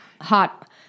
Hot